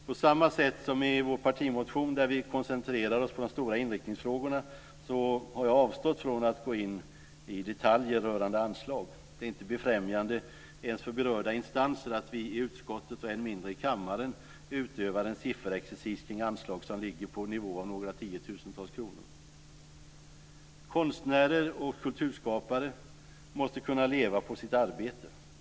På samma sätt som i vår partimotion, där vi koncentrer oss på de stora inriktningsfrågorna, har jag avstått från att gå in i detaljer rörande anslag. Det är inte befrämjande ens för berörda instanser att vi i utskottet och än i mindre i kammaren utövar en sifferexercis kring anslag som ligger på nivå av några tiotusentals kronor. Konstnärer och kulturskapare måste kunna leva på sitt arbete.